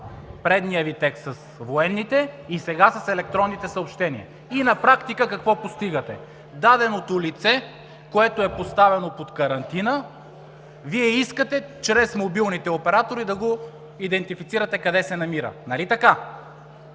предният Ви текст с военните, и сега, с електронните съобщения. И на практика какво постигате? Даденото лице, което е поставено под карантина, Вие искате чрез мобилните оператори да го идентифицирате къде се намира. Нали така?